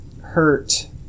hurt